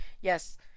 Yes